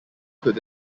could